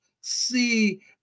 see